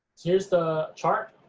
here's the chart.